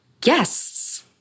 guests